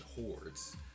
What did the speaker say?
hordes